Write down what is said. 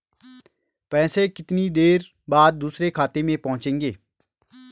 पैसे कितनी देर बाद दूसरे खाते में पहुंचेंगे?